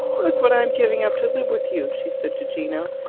look what i am giving up to live with you! she said to gino,